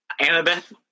Annabeth